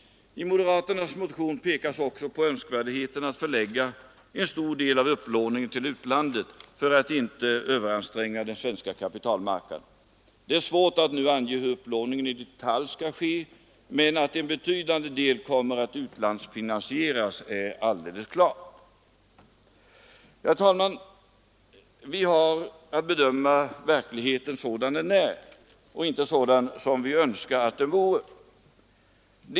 I moderaternas motion pekas också på önskvärdheten av att förlägga en stor del av upplåningen till utlandet för att inte överanstränga den svenska kapitalmarknaden. Det är svårt att nu i detalj ange hur upplåningen skall ske, men att en betydande del kommer att utlandsfinansieras är alldeles klart. Herr talman! Vi har att bedöma verkligheten sådan den är och inte sådan som vi önskar att den vore.